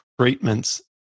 treatments